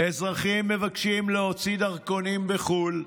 אזרחים מבקשים להוציא דרכונים בחו"ל,